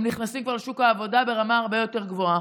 הם נכנסים כבר לשוק העבודה ברמה הרבה יותר גבוהה.